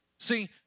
See